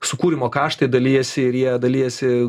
sukūrimo karštai dalijasi ir jie dalijasi